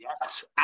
yes